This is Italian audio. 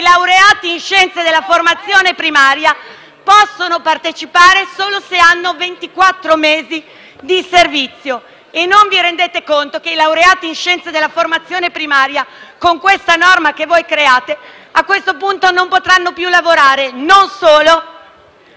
laureati in scienze della formazione primaria possono partecipare solo se hanno ventiquattro mesi di servizio e non vi rendete conto che i laureati in scienze della formazione primaria, con questa norma che voi create, a questo punto non potranno più lavorare. Non solo: